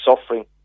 suffering